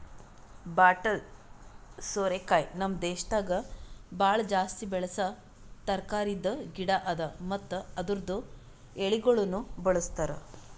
bottle ಸೋರೆಕಾಯಿ ನಮ್ ದೇಶದಾಗ್ ಭಾಳ ಜಾಸ್ತಿ ಬೆಳಸಾ ತರಕಾರಿದ್ ಗಿಡ ಅದಾ ಮತ್ತ ಅದುರ್ದು ಎಳಿಗೊಳನು ಬಳ್ಸತಾರ್